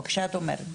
או כשאת אומרת,